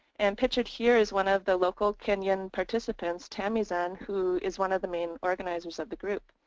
and pictured here is one of the local kenyan participants, tamizan, who is one of the main organizers of the group.